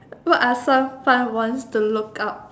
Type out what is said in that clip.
what are some fun ones to look up